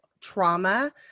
trauma